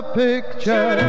picture